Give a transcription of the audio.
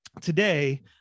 today